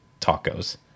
tacos